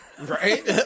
Right